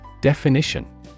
Definition